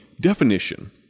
definition